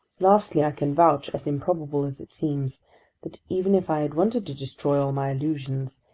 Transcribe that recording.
lastly, i can vouch as improbable as it seems that even if i had wanted to destroy all my illusions,